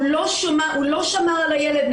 הוא לא שמר על הילד,